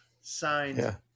Signed